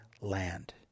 land